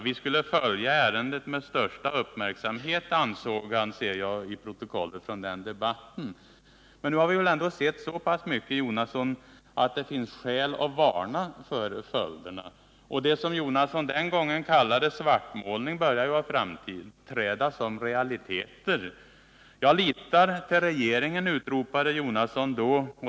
Vi skulle följa ärendet med största uppmärksamhet, ser jag av protokollet från den debatten att han ansåg. Nu har vi väl ändå sett så pass mycket, Bertil Jonasson, att det finns skäl att varna för följderna. Det som Bertil Jonasson den gången kallade svartmålning börjar framträda som realiteter. Jag litar till regeringen, utropade Bertil Jonasson då.